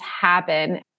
happen